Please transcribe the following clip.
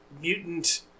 mutant